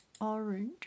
orange